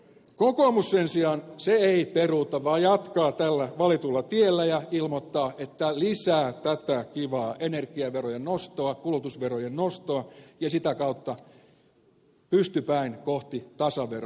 kokoomus sen sijaan ei peruuta vaan jatkaa tällä valitulla tiellä ja ilmoittaa että lisää tätä kivaa energiaverojen nostoa kulutusverojen nostoa ja sitä kautta pystypäin kohti tasavero suomea